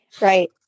right